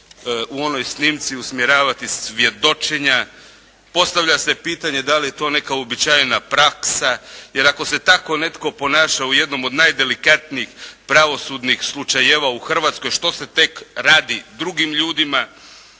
u onoj snimci usmjeravati svjedočenja. Postavlja se pitanje da li je to neka uobičajena praksa jer ako se tako netko ponaša u jednom od najdelikatnijih pravosudnih slučajeva u Hrvatskoj što se tek radi drugim ljudima.